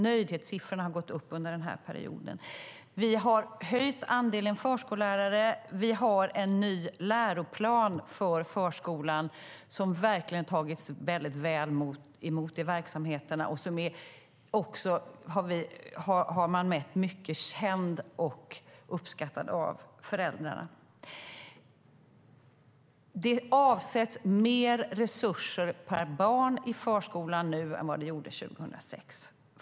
Nöjdhetssiffrorna har gått upp under den här perioden. Vi har höjt andelen förskollärare. Vi har en ny läroplan för förskolan som har tagits väl emot i verksamheterna och som också - det har man mätt - är mycket känd och uppskattad av föräldrarna. Det avsätts mer resurser per barn i förskolan nu än vad det gjorde 2006.